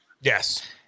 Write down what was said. Yes